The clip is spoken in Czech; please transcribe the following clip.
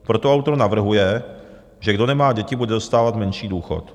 Proto autor navrhuje, že kdo nemá děti, bude dostávat menší důchod.